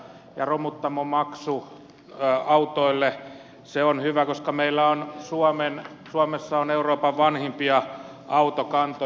romuttamomaksu autoille se on hyvä koska meillä on suomessa euroopan vanhimpia autokantoja